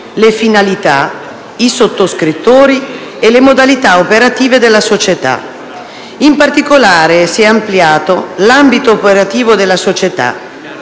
le finalità, i sottoscrittori e le modalità operative della società. In particolare, si è ampliato l'ambito operativo della società,